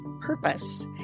purpose